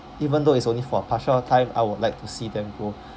even though it's only for a partial of time I would like to see them go